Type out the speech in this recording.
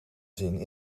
zin